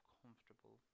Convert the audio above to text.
comfortable